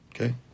Okay